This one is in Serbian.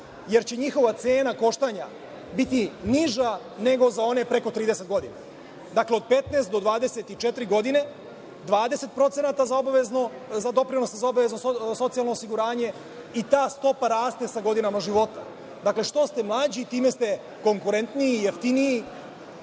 jer će njihova cena koštanja biti niža nego za one preko 30 godina. Dakle, od 15 do 24 godine 20% za doprinose za obavezno socijalno osiguranje i ta stopa rasta sa godinama života. Dakle, što ste mlađi time ste konkurentniji i